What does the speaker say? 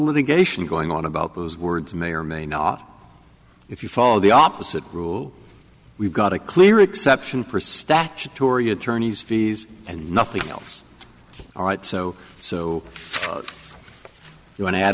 litigation going on about those words may or may not if you follow the opposite rule we've got a clear exception for sacha tory attorneys fees and nothing else all right so so you want to add